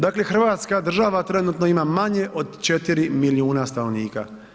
Dakle hrvatska država trenutno ima manje od 4 milijuna stanovnika.